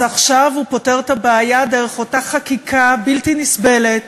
אז עכשיו הוא פותר את הבעיה דרך אותה חקיקה בלתי נסבלת,